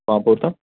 پامپور تا